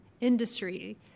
industry